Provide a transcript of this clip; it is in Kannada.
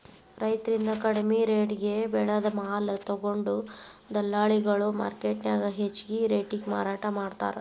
ರೈತರಿಂದ ಕಡಿಮಿ ರೆಟೇಗೆ ಬೆಳೆದ ಮಾಲ ತೊಗೊಂಡು ದಲ್ಲಾಳಿಗಳು ಮಾರ್ಕೆಟ್ನ್ಯಾಗ ಹೆಚ್ಚಿಗಿ ರೇಟಿಗೆ ಮಾರಾಟ ಮಾಡ್ತಾರ